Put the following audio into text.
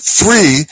three